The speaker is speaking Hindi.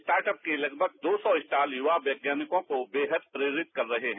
स्टार्टअप के लगमग दो सौ स्टॉल युवा वैज्ञानिकों को बेहद प्रेरित कर रहे हैं